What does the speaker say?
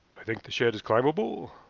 i think the shed is climbable,